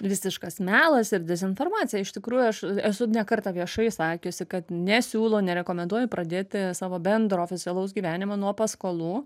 visiškas melas ir dezinformacija iš tikrųjų aš esu ne kartą viešai sakiusi kad nesiūlo nerekomenduoju pradėti savo bendro oficialaus gyvenimą nuo paskolų